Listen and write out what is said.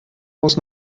muss